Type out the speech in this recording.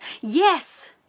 yes